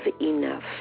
enough